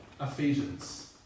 Ephesians